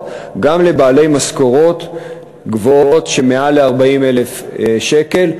גם לבעלי משכורות גבוהות שמעל ל-40,000 שקל,